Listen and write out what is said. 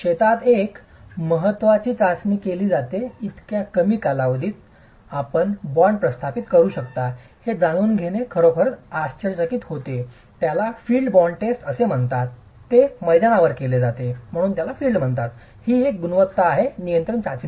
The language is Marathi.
शेतात एक महत्वाची चाचणी केली जाते इतक्या कमी कालावधीत आपण बॉन्ड प्रस्थापित करू शकता हे जाणून घेणे खरोखरच आश्चर्यचकित होते त्याला फील्ड बॉन्ड टेस्ट असे म्हणतात ते मैदानावर केले जाते ही एक गुणवत्ता आहे नियंत्रण चाचणी